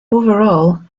overall